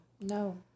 no